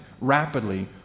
rapidly